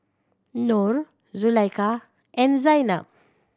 Nor Zulaikha and Zaynab